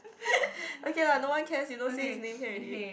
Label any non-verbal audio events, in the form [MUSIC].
[LAUGHS] okay lah no one cares you don't say his name can already